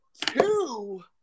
two